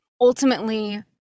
ultimately